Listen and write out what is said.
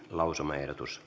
lausumaehdotuksen